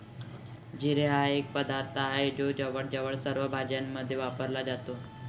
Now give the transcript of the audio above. जिरे हा एक पदार्थ आहे जो जवळजवळ सर्व भाज्यांमध्ये वापरला जातो